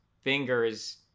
fingers